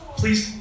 please